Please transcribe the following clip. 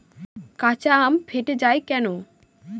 কাঁচা আম ফেটে য়ায় কেন?